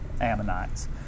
Ammonites